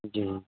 جی